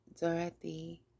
Dorothy